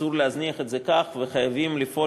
אסור להשאיר את זה כך וחייבים לפעול